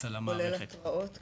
כולל התרעות כאלה?